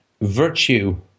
virtue